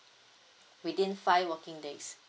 within five working days